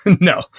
No